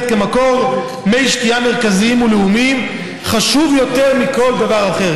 כמקור מי שתייה מרכזי ולאומי חשובות יותר מכל דבר אחר.